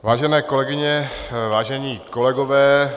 Vážené kolegyně, vážení kolegové.